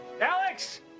Alex